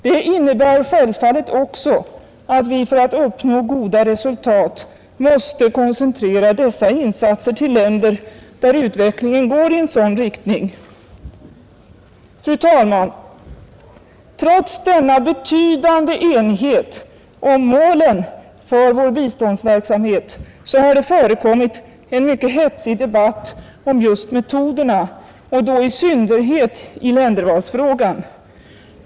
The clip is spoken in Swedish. Det innebär självfallet också att vi för att uppnå goda resultat måste koncentrera dessa insatser till länder där utvecklingen går i sådan Fru talman! Trots denna betydande enighet om målen för vår biståndsverksamhet har det förekommit en mycket hetsig debatt om just metoderna och då i synnerhet i ländervalsfrågan.